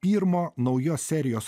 pirmo naujos serijos